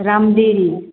Ramdiri